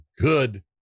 good